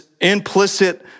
implicit